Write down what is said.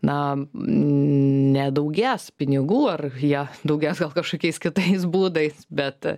na nedaugės pinigų ar jie daugės gal kažkokiais kitais būdais bet